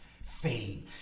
fame